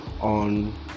on